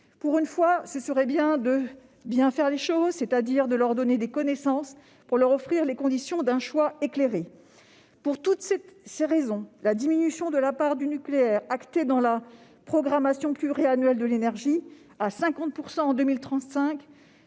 Pour une fois, il serait bon de bien faire les choses, c'est-à-dire de donner à nos concitoyens des connaissances pour leur offrir les conditions d'un choix éclairé. Pour toutes ces raisons, la diminution de la part du nucléaire actée dans la programmation pluriannuelle de l'énergie, jusqu'à 50 % en 2035,